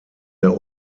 der